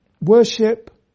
worship